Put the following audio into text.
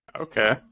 Okay